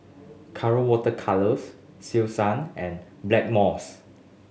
Colora Water Colours Selsun and Blackmores